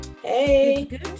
hey